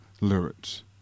lyrics